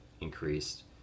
increased